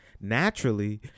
naturally